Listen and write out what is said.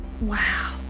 wow